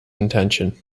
intention